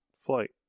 flight